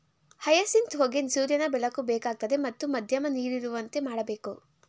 hyacinth ಹೂಗೆ ಸೂರ್ಯನ ಬೆಳಕು ಬೇಕಾಗ್ತದೆ ಮತ್ತು ಮಧ್ಯಮ ನೀರಿರುವಂತೆ ಮಾಡ್ಬೇಕು